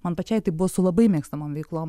man pačiai tai buvo su labai mėgstamom veiklom